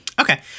Okay